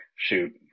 Shoot